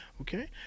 okay